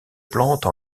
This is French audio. plantes